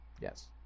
Yes